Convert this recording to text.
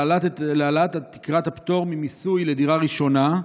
להעלאת תקרת הפטור ממיסוי לדירה ראשונה.